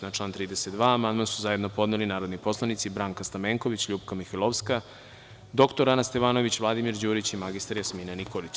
Na član 32. amandman su zajedno podneli narodni poslanici Branka Stamenković, LJupka Mihajlovska, dr Ana Stevanović, Vladimir Đurić i mr Jasmina Nikolić.